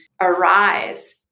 arise